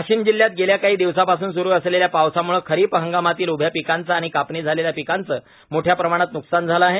वाशिम जिल्ह्यात गेल्या काही दिवसांपासून सुरू असलेल्या पावसामुळ खरीप हंगामातील उभ्या पिकांचं आणि कापणी झालेल्या पिकांचं मोठ्या प्रमाणात न्कसान झालं आहे